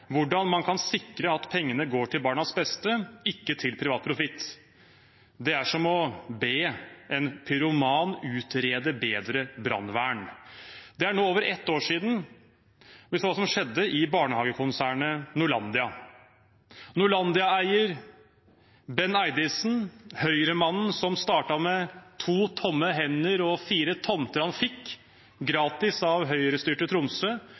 hvordan man kan sikre at pengene går til barnas beste, ikke til privat profitt. Det er som å be en pyroman utrede bedre brannvern. Det er nå over ett år siden vi så hva som skjedde i barnehagekonsernet Norlandia. Norlandia-eier Benn Eidissen, Høyre-mannen som startet med to tomme hender og fire tomter han fikk gratis av Høyre-styrte Tromsø,